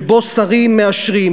שבו שרים מאשרים,